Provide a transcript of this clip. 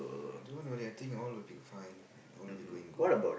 don't worry I think all will be fine all will be going good